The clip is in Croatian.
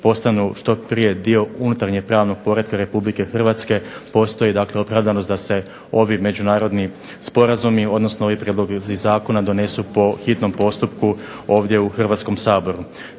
postanu što prije dio unutarnjeg pravnog poretka Republike Hrvatske postoji dakle opravdanost da se ovi međunarodni sporazumi, odnosno ovi prijedlozi zakona donesu po hitnom postupku ovdje u Hrvatskom saboru.